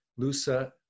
Lusa